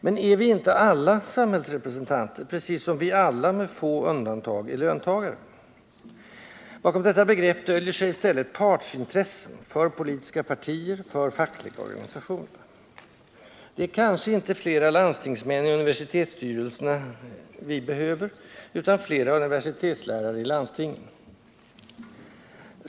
Men är vi inte alla ”samhällsrepresentanter”, precis som vi alla, med få undantag, är ”löntagare”? Bakom detta begrepp döljer sig i stället partsintressen, för politiska partier, för fackliga organisationer. Det är kanske inte flera landstingsmän i universitetsstyrelserna vi behöver, utan flera universitetslärare i landstingen.